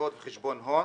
ממלוות וחשבון הון,